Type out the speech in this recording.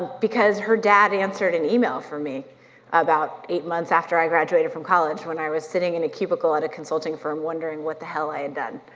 because her dad answered an email from me about eight months after i graduated from college when i was sitting in a cubicle at a consulting firm wondering what the hell i had done.